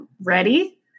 ready